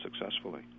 successfully